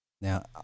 now